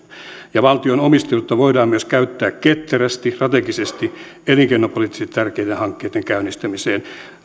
valtion omistajuutta voidaan käyttää myös ketterästi strategisesti ja elinkeinopoliittisesti tärkeiden hankkeitten käynnistämiseen